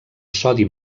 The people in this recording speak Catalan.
sodi